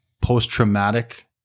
post-traumatic